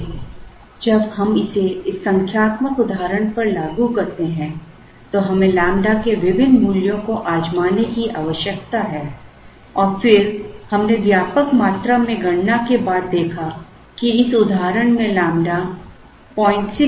इसलिए जब हम इसे इस संख्यात्मक उदाहरण पर लागू करते हैं तो हमें लैम्ब्डा के विभिन्न मूल्यों को आज़माने की आवश्यकता है और फिर हमने व्यापक मात्रा में गणना के बाद देखा कि इस उदाहरण में लैम्ब्डा 0669 है